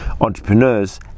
entrepreneurs